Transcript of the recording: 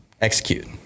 execute